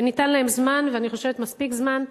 וניתן להם זמן, ואני חושבת מספיק זמן,